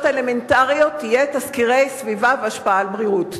האלמנטריות תהיה תסקירי סביבה והשפעה על הבריאות.